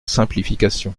simplification